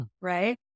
Right